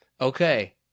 okay